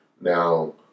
Now